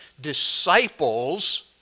disciples